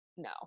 No